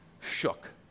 shook